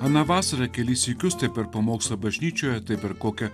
aną vasarą kelis sykius tai per pamokslą bažnyčioje taip per kokią